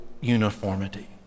uniformity